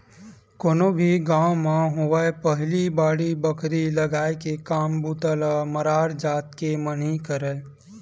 कोनो भी गाँव म होवय पहिली बाड़ी बखरी लगाय के काम बूता ल मरार जात के मन ही करय